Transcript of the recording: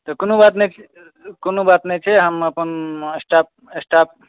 तऽ कोनो बात नहि कोनो बात नहि छै हम अपन स्टाफ़